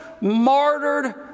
martyred